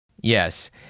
Yes